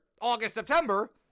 August-September